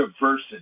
diversity